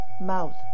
mouth